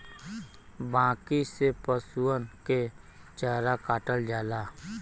बांकी से पसुअन के चारा काटल जाला